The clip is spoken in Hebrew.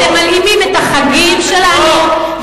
אתם מלאימים את החגים שלנו,